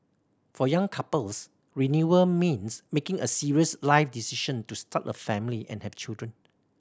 for young couples renewal means making a serious life decision to start a family and have children